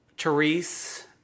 Therese